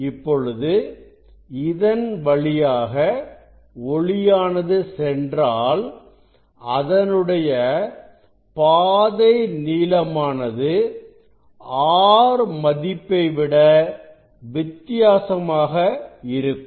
இப்பொழுது இதன் வழியாக ஒளியானது சென்றாள் அதனுடைய பாதை நீளமானது R மதிப்பைவிட வித்தியாசமாக இருக்கும்